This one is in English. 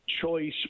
choice